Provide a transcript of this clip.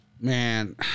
Man